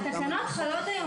התקנות חלות היום.